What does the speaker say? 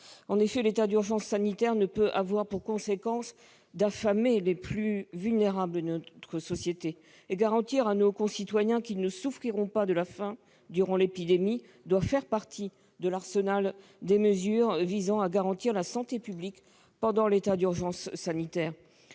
sociale. L'état d'urgence sanitaire ne peut avoir pour conséquence d'affamer les plus vulnérables de notre société. Assurer que nos concitoyens qu'ils ne souffriront pas de la faim durant l'épidémie doit faire partie de l'arsenal des mesures visant à garantir la santé publique pendant l'état d'urgence sanitaire.